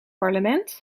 parlement